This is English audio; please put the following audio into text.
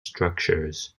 structures